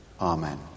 Amen